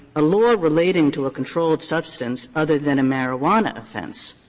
a law relating to a controlled substance other than a marijuana offense.